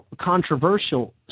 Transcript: controversial